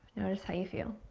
notice how you feel.